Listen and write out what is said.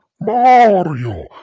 Mario